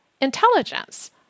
intelligence